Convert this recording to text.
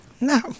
No